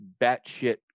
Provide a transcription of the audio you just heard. batshit